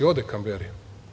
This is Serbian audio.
Ode Kamberi.